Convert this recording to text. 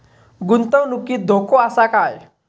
गुंतवणुकीत धोको आसा काय?